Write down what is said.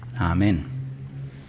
Amen